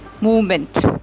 movement